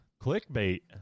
clickbait